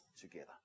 together